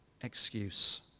excuse